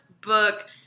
book